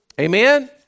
Amen